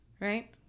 Right